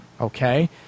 okay